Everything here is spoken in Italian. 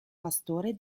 pastore